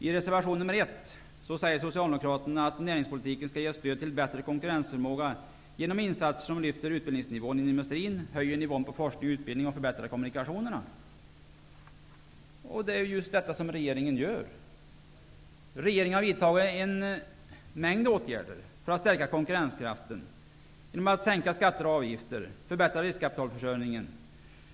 I reservation nr 1 säger socialdemokraterna att näringspolitiken skall ge stöd till bättre konkurrensförmåga genom insatser som lyfter utbildningsnivån inom industrin, höjer nivån på forskning och utbildning och förbättrar kommunikationerna. Det är ju just detta som regeringen gör. Regeringen har vidtagit en mängd åtgärder för att stärka konkurrenskraften genom att sänka skatter och avgifter och förbättra riskkapitalförsörjningen.